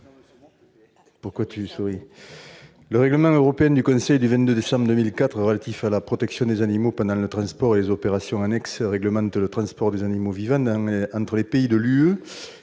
navires bétaillers. Le règlement européen du Conseil du 22 décembre 2004 relatif à la protection des animaux pendant le transport et les opérations annexes réglemente le transport des animaux vivants entre les pays de l'Union